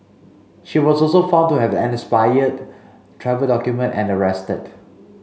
she was also found to have an expired travel document and arrested